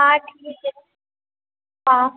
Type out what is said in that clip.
हाँ ठीक है हाँ